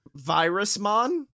Virusmon